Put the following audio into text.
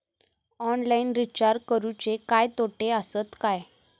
Online recharge करुचे काय तोटे आसत काय?